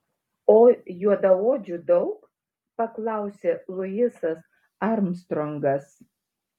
o juodaodžių daug paklausė luisas armstrongas